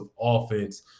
offense